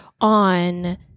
on